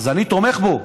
אני תומך בו.